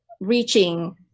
reaching